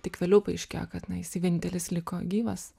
tik vėliau paaiškėjo kad na jisai vienintelis liko gyvas